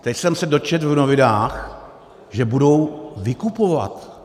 Teď jsem se dočetl v novinách, že budou vykupovat.